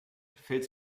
fällt